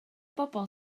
bobl